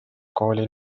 kooli